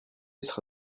sera